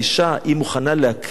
היא מוכנה להקריב.